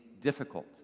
difficult